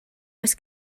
oes